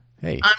Hey